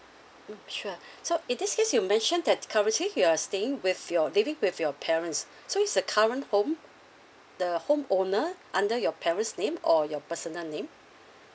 mm sure so in this is you mentioned that currently you're staying with you're living with your parents so is the current home the home owner under your parents' name or your personal name